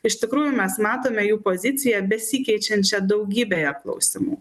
iš tikrųjų mes matome jų poziciją besikeičiančią daugybėje klausimų